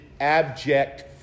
abject